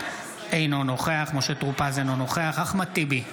אינו נוכח משה טור פז, אינו נוכח אחמד טיבי,